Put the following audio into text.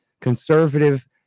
conservative